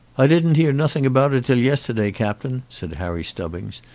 i didn't hear nothing about it till yesterday, captain, said harry stubbings,